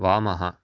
वामः